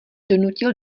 donutil